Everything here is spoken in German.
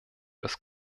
des